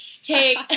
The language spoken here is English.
take